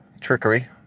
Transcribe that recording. trickery